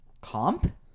Comp